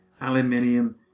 aluminium